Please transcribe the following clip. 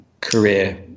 career